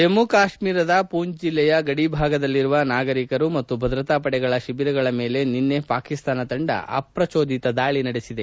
ಜಮ್ಮು ಕಾಶ್ನೀರದ ಪೂಂಚ್ ಜಿಲ್ಲೆಯ ಗಡಿ ಭಾಗದಲ್ಲಿರುವ ನಾಗರೀಕರು ಮತ್ತು ಭದ್ರತಾಪಡೆಗಳ ಶಿಬಿರಗಳ ಮೇಲೆ ನಿನ್ನೆ ಪಾಕಿಸ್ತಾನ ತಂಡ ಅಪ್ರಚೋದಿತ ದಾಳಿ ನಡೆಸಿದೆ